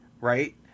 right